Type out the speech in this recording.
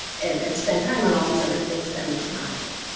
and and spend time on all these other things that we can automate.